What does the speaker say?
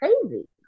crazy